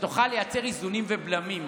שתוכל לייצר איזונים ובלמים.